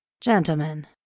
Gentlemen